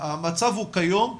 המצב הוא כיום,